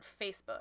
Facebook